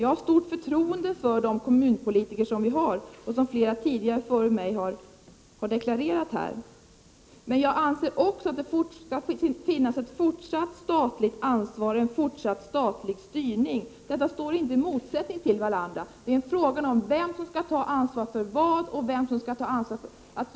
Jag har stort förtroende för våra kommunalpolitiker, ett förtroende som flera talare före mig gett uttryck för. Men jag anser att det fortfarande skall finnas ett statligt ansvar och en statlig styrning. Dessa ståndpunkter står inte i motsättning till varandra. Frågan är vem som skall ta ansvar för vad.